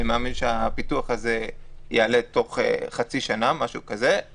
אני מאמין שהפיתוח הזה יעלה תוך חצי שנה ואז